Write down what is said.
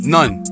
None